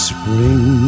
Spring